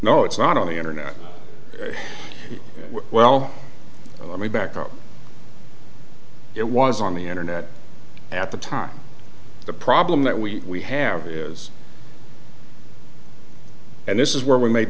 no it's not on the internet well let me back up it was on the internet at the time the problem that we have is and this is where we made